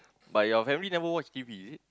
but your family never watch T_V is it